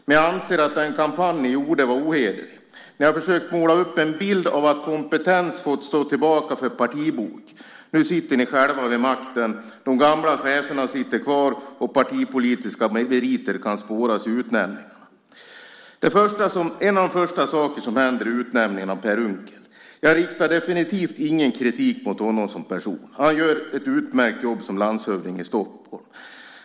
Men jag anser att er kampanj var ohederlig. Ni har försökt måla upp en bild av att kompetens får stå tillbaka för partibok. Nu sitter ni själva vid makten. De gamla cheferna sitter kvar och partipolitiska meriter kan spåras i utnämningarna. En av de första saker som hände var utnämningen av Per Unckel. Jag riktar definitivt ingen kritik mot honom som person. Han gör ett utmärkt jobb som landshövding i Stockholm.